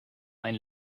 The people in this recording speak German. ein